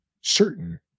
certain